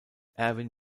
erwin